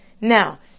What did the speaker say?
Now